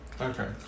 Okay